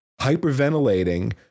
hyperventilating